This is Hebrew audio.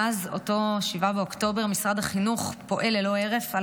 מאז אותו 7 באוקטובר משרד החינוך פועל ללא הרף על